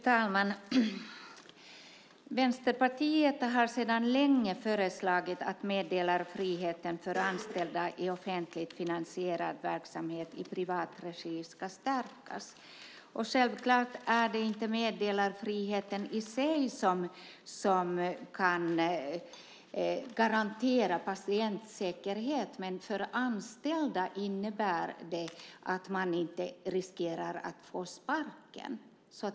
Fru talman! Vänsterpartiet har sedan länge föreslagit att meddelarfriheten för anställda i offentligt finansierad verksamhet i privat regi ska stärkas. Självklart är det inte meddelarfriheten i sig som kan garantera patientsäkerhet, men för anställda innebär det att de inte riskerar att få sparken.